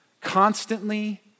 constantly